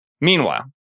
Meanwhile